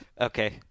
okay